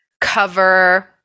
cover